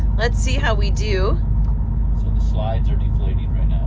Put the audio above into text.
let's see how we do. so the slides are deflating right